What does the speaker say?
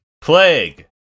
Plague